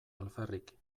alferrik